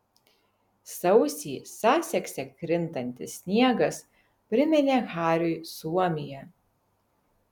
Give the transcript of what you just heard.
sausį sasekse krintantis sniegas priminė hariui suomiją